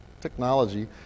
technology